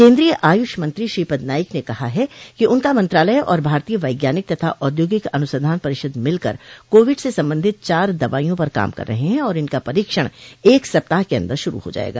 केन्द्रीय आयुष मंत्री श्रीपद नाईक ने कहा है कि उनका मंत्रालय और भारतीय वैज्ञानिक तथा औद्योगिक अनुसंधान परिषद मिलकर कोविड से संबंधित चार दवाईयों पर काम कर रहे हैं और इनका परीक्षण एक सप्ताह के अंदर शुरू हो जायेगा